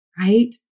right